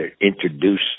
introduce